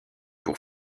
pour